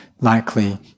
likely